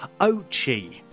Ochi